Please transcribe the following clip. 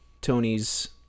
Tony's